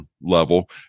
level